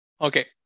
Okay